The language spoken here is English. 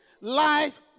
Life